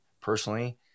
personally